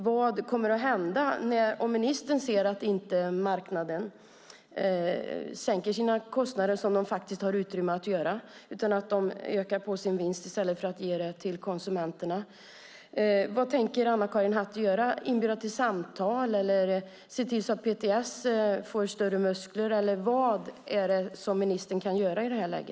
Vad kommer att hända om marknaden inte sänker sina kostnader, vilket de har utrymme att göra, utan ökar på sin vinst i stället för att ge det till konsumenterna? Vad tänker Anna-Karin Hatt göra då? Inbjuder hon till samtal, eller ser hon till att PTS får större muskler? Vad är det ministern kan göra i detta läge?